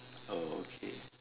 oh okay